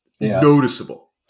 noticeable